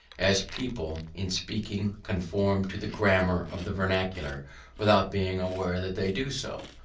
as people in speaking conform to the grammar of the vernacular without being aware that they do so.